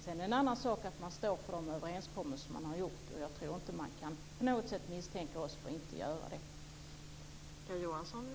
Sedan är det en annan sak att man står för de överenskommelser man har gjort. Jag tror inte att man på något sätt kan misstänka oss för att inte göra det.